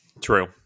True